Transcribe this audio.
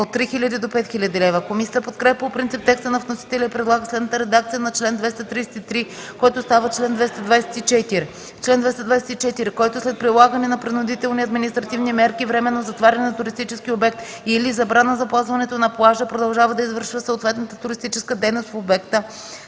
от 3000 до 5000 лв.” Комисията подкрепя по принцип текста на вносителя и предлага следната редакция на чл. 233, който става чл. 224: „Чл. 224. Който след прилагане на принудителни административни мерки „временно затваряне на туристически обект” или „забрана за ползването на плажа” продължава да извършва съответната туристическа дейност в обекта,